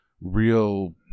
real